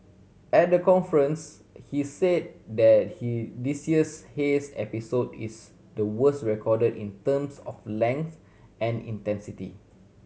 at the conference he say that he this year's haze episode is the worse recorded in terms of length and intensity